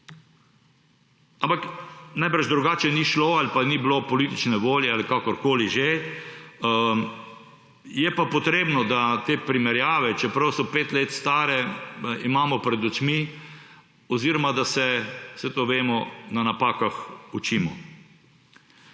Ampak najbrž drugače ni šlo, ali pa ni bilo politične volje, ali kakorkoli že. Je pa potrebno, da te primerjave, čeprav so pet let stare, imamo pred očmi oziroma da se, saj to vemo, na napakah učimo.